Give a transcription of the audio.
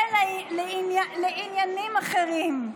ולעניינים אחרים,